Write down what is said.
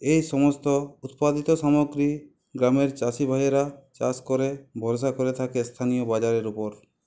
এই সমস্ত উৎপাদিত সামগ্রী গ্রামের চাষি ভাইরা চাষ করে ভরসা করে থাকে স্থানীয় বাজারের উপর